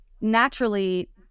naturally